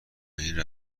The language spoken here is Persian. این